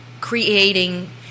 creating